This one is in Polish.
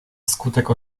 wskutek